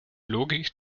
logik